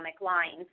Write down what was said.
lines